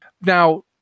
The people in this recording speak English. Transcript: Now